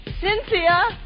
Cynthia